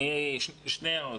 שתי הערות.